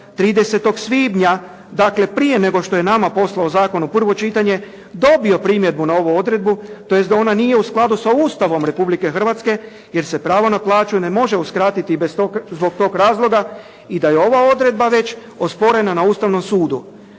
30. svibnja, dakle prije nego što je nama poslao Zakon u prvo čitanje dobio primjedbu na ovu odredbu, tj. da ona nije u skladu sa Ustavom Republike Hrvatske, jer se pravo na plaću ne može uskratiti zbog tog razloga i da je ova odredba već osporena na Ustavnom sudu.